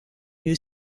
new